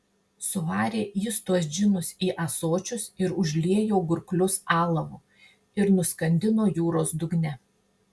suvarė jis tuos džinus į ąsočius ir užliejo gurklius alavu ir nuskandino jūros dugne